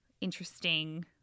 interesting